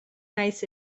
nice